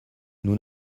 nous